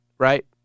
right